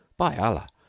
by allah,